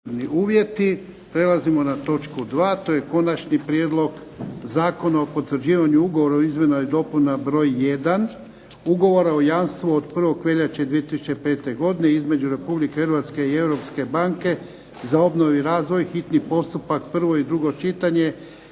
(HDZ)** Prelazimo na točku 2. To je - Konačni prijedlog Zakona o potvrđivanju ugovora o izmjenama i dopunama br. 1. ugovora o jamstvu od 1. veljače 2005. između Republike Hrvatske i Europske banke za obnovu i razvoj, hitni postupak, prvo i drugo čitanje,